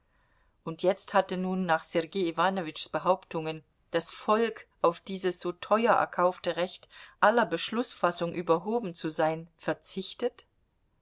und jetzt hatte nun nach sergei iwanowitschs behauptungen das volk auf dieses so teuer erkaufte recht aller beschlußfassung überhoben zu sein verzichtet